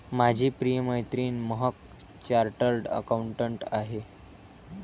माझी प्रिय मैत्रीण महक चार्टर्ड अकाउंटंट आहे